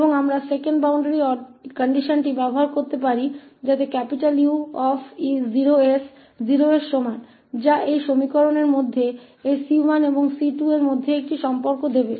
और हम दूसरी बाउंड्री कंडीशन का उपयोग कर सकते हैं ताकि 𝑈0 𝑠 के 0 बराबर हो जो इस समीकरण से इस c1 और c2 के बीच एक संबंध देगा